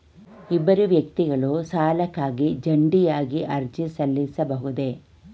ಇಬ್ಬರು ವ್ಯಕ್ತಿಗಳು ಸಾಲಕ್ಕಾಗಿ ಜಂಟಿಯಾಗಿ ಅರ್ಜಿ ಸಲ್ಲಿಸಬಹುದೇ?